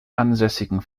ansässigen